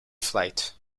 flight